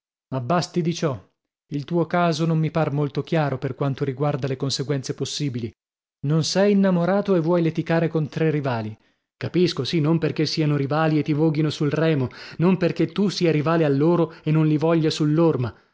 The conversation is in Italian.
ma basti di ciò il tuo caso non mi par molto chiaro per quanto riguarda le conseguenze possibili non sei innamorato e vuoi leticare con tre rivali capisco sì non perchè siano rivali e ti voghino sul remo non perchè tu sia rivale a loro e non li voglia sull'orma